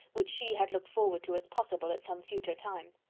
which she had looked forward to as possible at some future time.